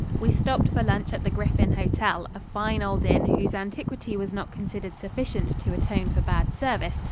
we stopped for lunch at the griffin hotel, a fine old inn whose antiquity was not considered sufficient to atone for bad service,